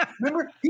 Remember